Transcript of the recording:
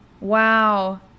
Wow